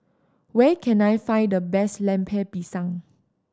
where can I find the best Lemper Pisang